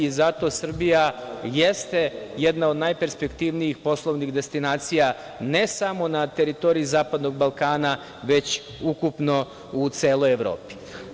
Zato Srbija jeste jedna od najperspektivnijih poslovnih destinacija ne samo na teritoriji Zapadnog Balkana, već ukupno u celoj Evropi.